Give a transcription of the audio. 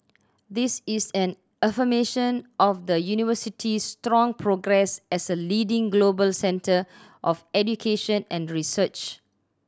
this is an affirmation of the University's strong progress as a leading global centre of education and research